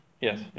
Yes